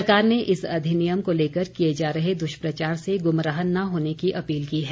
सरकार ने इस अधिनियम को लेकर किए जा रहे दुष्प्रचार से गुमराह न होने की अपील की है